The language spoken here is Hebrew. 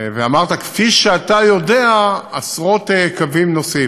ואמרת: כפי שאתה יודע, עשרות קווים פועלים.